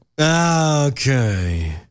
Okay